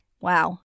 Wow